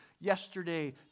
yesterday